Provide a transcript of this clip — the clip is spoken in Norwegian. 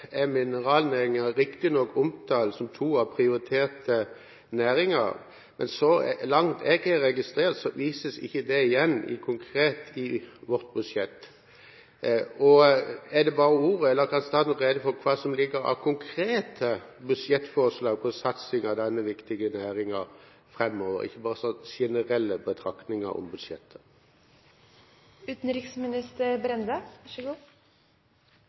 er mineralnæringen riktignok omtalt som en av to prioriterte næringer, men så langt jeg har registrert, vises ikke det igjen konkret i vårt budsjett. Er det bare ord, eller kan statsråden gjøre rede for hva som ligger av konkrete budsjettforslag med hensyn til satsing på denne viktige næringen framover, og ikke bare gi generelle betraktninger om